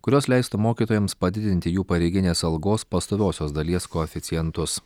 kurios leistų mokytojams padidinti jų pareiginės algos pastoviosios dalies koeficientus